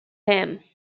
him